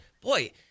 boy